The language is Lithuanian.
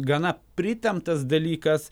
gana pritemptas dalykas